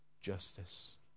justice